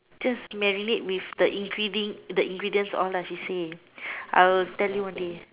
just mainly with the ingredients all she say I will tell you only